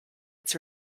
its